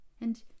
and